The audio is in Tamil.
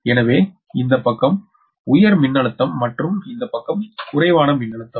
எனவே இந்த பக்கம் உயர் மின்னழுத்தம் மற்றும் இந்த பக்கம் குறைவான மின்னழுத்தம்